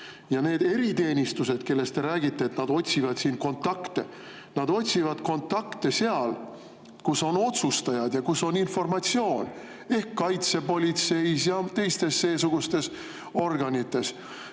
Ja need eriteenistused, kellest te rääkisite, kes otsivad siin kontakte, otsivad kontakte seal, kus on otsustajad ja kus on informatsioon, ehk kaitsepolitseis ja teistes seesugustes organites,